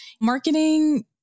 marketing